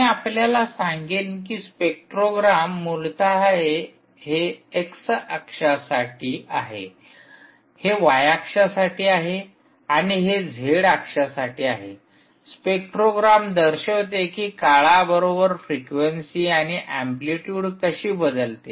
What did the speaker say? मी आपल्याला सांगेन की स्पेक्ट्रोग्राम मूलत हे एक्स अक्षासाठी आहे हे वाय अक्षासाठी आहे आणि हे झेड अक्षासाठी आहे स्पेक्ट्रोग्राम दर्शविते कि काळाबरोबर फ्रिक्वेन्सी आणि अँप्लिटयूड कशी बदलते